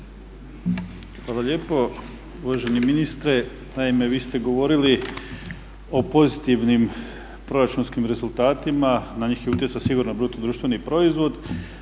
Hvala lijepo. Uvaženi ministre, naime vi ste govorili o pozitivnim proračunskim rezultatima. Na njih je utjecao sigurno bruto društveni proizvod.